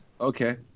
Okay